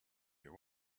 you